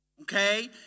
Okay